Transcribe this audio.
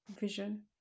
vision